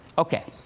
ok,